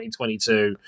2022